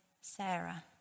Sarah